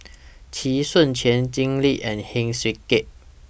Chee Soon Juan Jim Lim and Heng Swee Keat